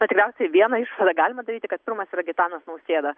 na tikriausiai vieną išvadą galima daryti kad pirmas yra gitanas nausėda